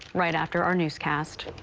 right after our newscast.